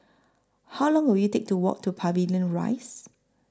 How Long Will IT Take to Walk to Pavilion Rise